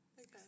Okay